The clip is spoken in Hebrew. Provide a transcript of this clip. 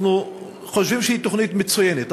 אנחנו חושבים שהיא תוכנית מצוינת,